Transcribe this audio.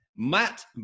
Matt